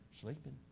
sleeping